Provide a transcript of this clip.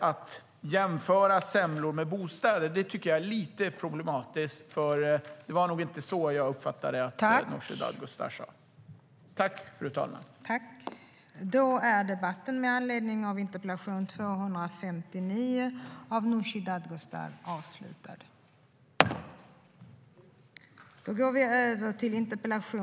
Att jämföra semlor med bostäder tycker jag är lite problematiskt, och det var nog inte så jag uppfattade att Nooshi Dadgostar menade.